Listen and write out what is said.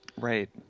Right